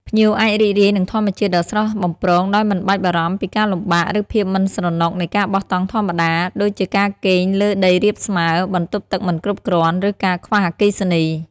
ភ្ញៀវអាចរីករាយនឹងធម្មជាតិដ៏ស្រស់បំព្រងដោយមិនបាច់បារម្ភពីការលំបាក ឬភាពមិនស្រណុកនៃការបោះតង់ធម្មតា ដូចជាការគេងលើដីរាបស្មើ បន្ទប់ទឹកមិនគ្រប់គ្រាន់ ឬការខ្វះអគ្គិសនី។